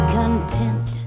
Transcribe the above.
content